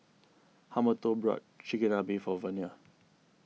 Humberto brought Chigenabe for Vernia